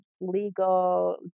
legal